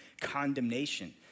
condemnation